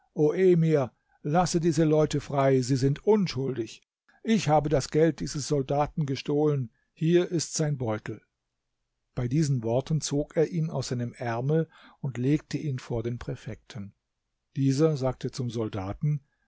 emir lasse diese leute frei sie sind unschuldig ich habe das geld dieses soldaten gestohlen hier ist sein beutel bei diesen worten zog er ihn aus seinem ärmel und legte ihn vor den präfekten dieser sagte zum soldaten